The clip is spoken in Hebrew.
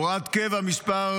הוראת קבע מס'